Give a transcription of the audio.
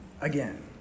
again